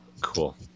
cool